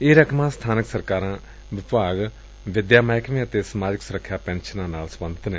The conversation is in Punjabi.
ਇਹ ਰਕਮਾ ਸਬਾਨਕ ਸਰਕਾਰਾ ਵਿਭਾਗ ਵਿਦਿਆ ਮਹਿਕਮੇ ਅਤੇ ਸਮਾਜਿਕ ਸੁਰੱਖਿਆ ਪੈਨਸ਼ਨਾਂ ਨਾਲ ਸਬੰਧਤ ਨੇ